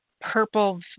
purple